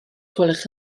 gwelwch